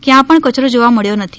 ક્યાં પણ કચરો જોવા મળયો નથી